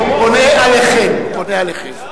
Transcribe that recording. אני פונה אליכם, פונה אליכם.